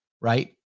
right